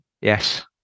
Yes